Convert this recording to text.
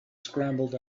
scrambled